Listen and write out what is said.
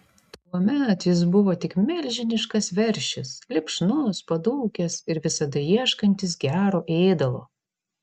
tuomet jis buvo tik milžiniškas veršis lipšnus padūkęs ir visada ieškantis gero ėdalo